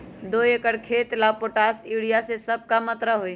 दो एकर खेत के ला पोटाश, यूरिया ये सब का मात्रा होई?